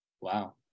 Wow